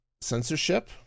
censorship